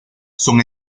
son